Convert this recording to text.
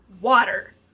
Water